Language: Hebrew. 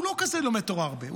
הוא לא כזה לומד תורה הרבה,